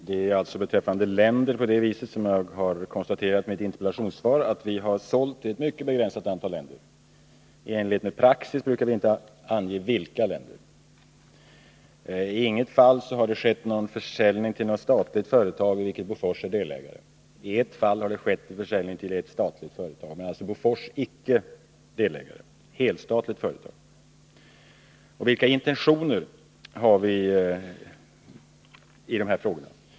Fru talman! Som jag har konstaterat i mitt interpellationssvar, har vi sålt till ett mycket begränsat antal länder — i enlighet med praxis anger vi inte vilka. I inget fall har det skett någon försäljning till något statligt företag i vilket Bofors är delägare. I ett fall har det skett försäljning till ett statligt företag, men Bofors är icke delägare i det. Det gällde ett helstatligt företag. Vilka intentioner har vi i dessa frågor?